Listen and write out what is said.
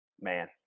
man